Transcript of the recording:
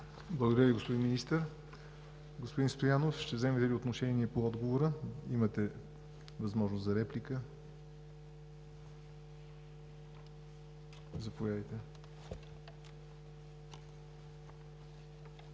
Благодаря Ви, господин Министър. Господин Стоянов, ще вземете ли отношение по отговора? Имате възможност за реплика. Заповядайте.